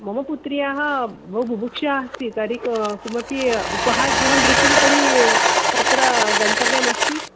मम पुत्र्याः बहु बुभुक्षा अस्ति तर्हि का किमपी उपाहारगृहं दृश्यते तर्हि तत्र गन्तव्यमस्ति